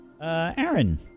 Aaron